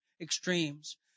extremes